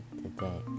today